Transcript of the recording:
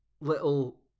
little